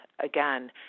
again